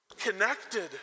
connected